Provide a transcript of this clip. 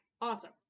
Awesome